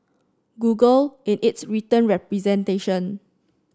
Google in its written representation